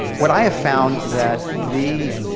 what i have found that the